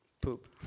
Poop